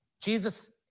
Jesus